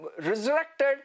resurrected